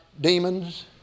demons